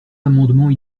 amendements